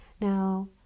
Now